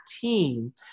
team